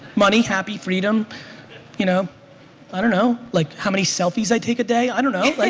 money, happy, freedom you know i don't know. like how many selfies i take a day? i don't know. like